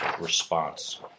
response